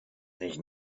nicht